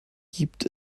gibt